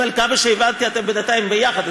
אבל עד כמה שהבנתי אתם בינתיים יחד,